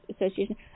association